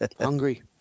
hungry